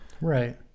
Right